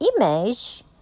image